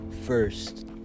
first